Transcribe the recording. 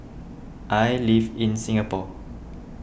I live in Singapore